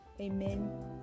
amen